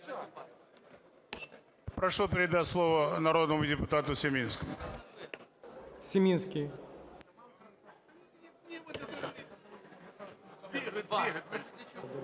Прошу передати слово народному депутату Семінському. ГОЛОВУЮЧИЙ.